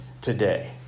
today